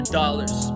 dollars